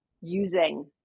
using